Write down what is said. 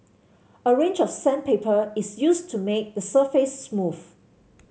a range of sandpaper is used to make the surface smooth